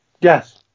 Yes